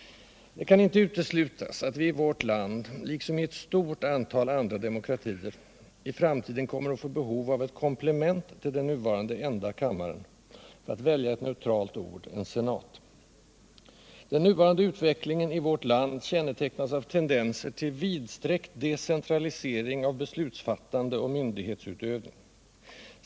Det kan inte uteslutas att man i vårt land, liksom i ewt stort antal andra demokratier, i framtiden kommer att få behov av ett komplement till den nuvarande enda kammaren -— för att välja ett neutralt ord: en senat. Den nuvarande utvecklingen i vårt land kännetecknas av tendenser till vidsträckt decentralisering av beslutsfattande och myndighetsutövning.